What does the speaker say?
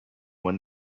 when